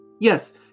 Yes